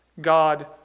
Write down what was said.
God